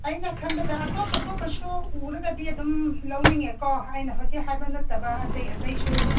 ꯑꯩꯅ ꯈꯟꯕꯗ ꯑꯇꯣꯄ ꯑꯇꯣꯞꯄꯁꯨ ꯎꯔꯒꯗꯤ ꯑꯗꯨꯝ ꯂꯧꯅꯤꯡꯉꯦꯀꯣ ꯍꯥꯏꯅ ꯍꯧꯖꯤꯛ ꯍꯥꯏꯕ ꯅꯠꯇꯕ ꯑꯇꯩ ꯑꯇꯩꯁꯨ